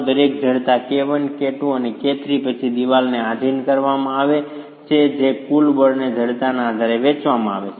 દરેક જડતા K1 K2 અને K3 પછી દિવાલને આધિન કરવામાં આવે છે તે કુલ બળને જડતાના આધારે વહેંચવામાં આવે છે